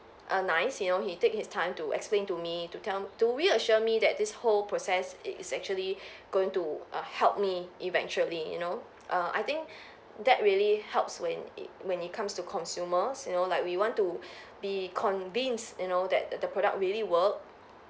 err nice you know he take his time to explain to me to tell to reassure me that this whole process it is actually going to err help me eventually you know err I think that really helps when it when it comes to consumers you know like we want to be convinced you know that the product really work